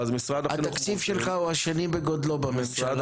התקציב שלך הוא השני בגודלו בממשלה.